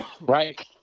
right